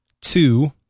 Two